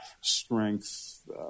strength